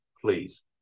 please